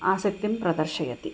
आसक्तिं प्रदर्शयति